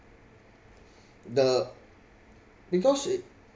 the because it